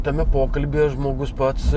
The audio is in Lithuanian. tame pokalbyje žmogus pats